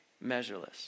Measureless